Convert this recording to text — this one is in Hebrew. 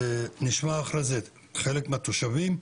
נשמע לאחר מכן חלק מהתושבים.